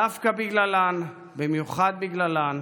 דווקא בגללן, במיוחד בגללן,